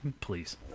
please